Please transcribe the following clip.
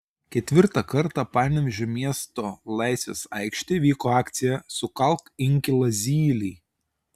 ketvirtą kartą panevėžio miesto laisvės aikštėje vyko akcija sukalk inkilą zylei